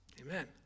Amen